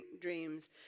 dreams